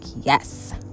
yes